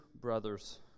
brothers